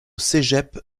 cégep